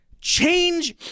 change